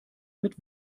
mit